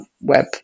web